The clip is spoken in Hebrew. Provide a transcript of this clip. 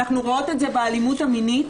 אנחנו רואות את זה באלימות המינית.